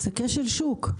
זה כשל שוק.